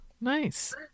nice